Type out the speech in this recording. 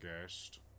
guest